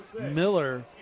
miller